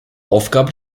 aufgabe